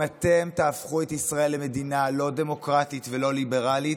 אם אתם תהפכו את ישראל למדינה לא דמוקרטית ולא ליברלית,